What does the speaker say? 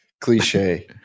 cliche